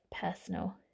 personal